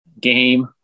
game